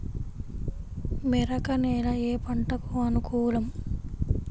మెరక నేల ఏ పంటకు అనుకూలం?